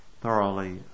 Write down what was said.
thoroughly